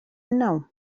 النوم